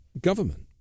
government